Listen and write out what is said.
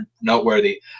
noteworthy